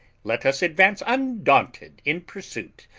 let us advance undaunted in pursuit,